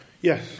Yes